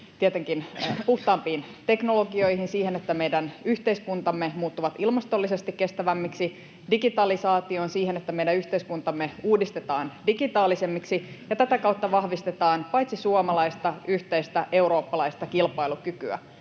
tietenkin puhtaampiin teknologioihin, siihen, että meidän yhteiskuntamme muuttuvat ilmastollisesti kestävämmiksi, digitalisaatioon, siihen, että meidän yhteiskuntamme uudistetaan digitaalisemmiksi. Tätä kautta vahvistetaan paitsi suomalaista myös yhteistä eurooppalaista kilpailukykyä.